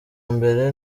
mbere